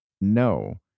no